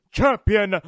champion